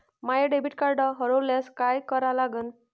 माय debit card हरोल्यास काय करा लागन?